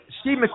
Steve